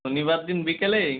শনিবার দিন বিকেলে